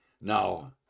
Now